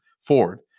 Ford